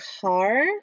car